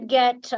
get